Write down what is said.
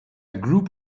group